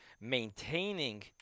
maintaining